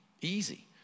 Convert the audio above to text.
easy